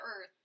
Earth